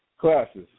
classes